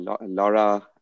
Laura